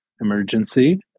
emergency